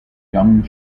young